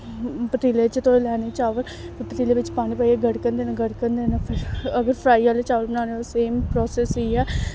पतीले च धोई लैने चावल पतीले बिच्च पानी पाइयै गड़कन देना गड़कन देना फिर अगर फ्राई आह्ले चावल बनाने होन ते सेम प्रासैस इ'यै ऐ